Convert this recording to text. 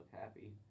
happy